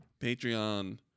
patreon